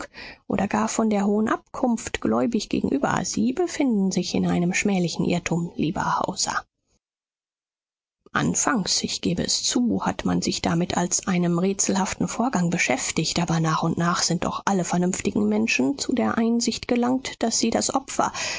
oder gar von der hohen abkunft gläubig gegenüber sie befinden sich in einem schmählichen irrtum lieber hauser anfangs ich gebe es zu hat man sich damit als einem rätselhaften vorgang beschäftigt aber nach und nach sind doch alle vernünftigen menschen zu der einsicht gelangt daß sie das opfer